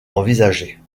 envisagée